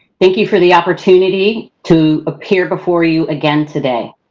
thank you for the opportunity to appear before you again today.